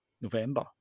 November